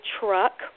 truck